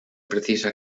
precisa